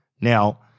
Now